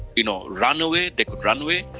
you know, run away, they could run away,